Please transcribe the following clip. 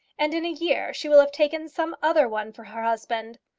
and in a year she will have taken some other one for her husband.